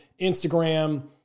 Instagram